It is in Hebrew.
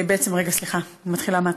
בעצם רגע, סליחה, אני מתחילה מההתחלה.